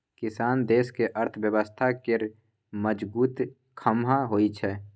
किसान देशक अर्थव्यवस्था केर मजगुत खाम्ह होइ छै